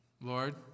Lord